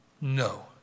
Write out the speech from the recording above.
no